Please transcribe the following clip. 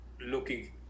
looking